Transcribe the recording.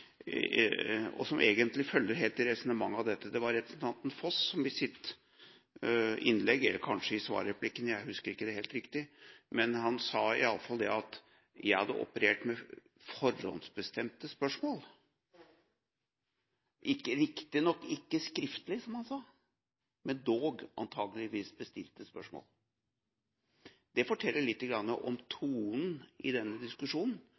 det ikke helt riktig – sa at jeg hadde operert med forhåndsbestemte spørsmål, riktignok ikke skriftlig, som han sa, men dog antageligvis bestilte spørsmål. Det forteller litt om tonen i denne diskusjonen